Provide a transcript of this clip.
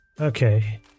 Okay